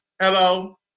hello